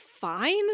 fine